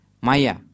Maya